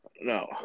No